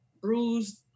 bruised